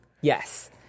Yes